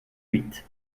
huit